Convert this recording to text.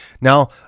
Now